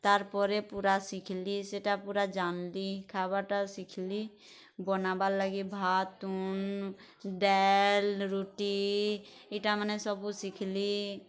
ତାର୍ ପରେ ପୂରା ଶିଖ୍ଲି ସେଟା ପୂରା ଜାନ୍ଲି ଖାଇବାର୍ ଟା ଶିଖ୍ଲି ବନାବାର୍ ଲାଗି ଭାତ୍ ତୁନ୍ ଦାଲ୍ ରୁଟି ଇଟାମାନେ ସବୁ ଶିଖଲି